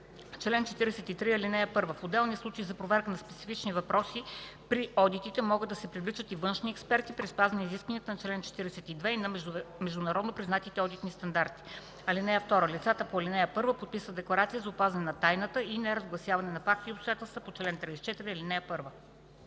Чл. 43 (1) В отделни случаи за проверка на специфични въпроси при одитите могат да се привличат и външни експерти при спазване на изискванията на чл. 42 и на международно признатите одитни стандарти. (2) Лицата по ал. 1 подписват декларация за опазване на тайната и неразгласяване на факти и обстоятелства по чл. 34, ал. 1.”